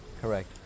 correct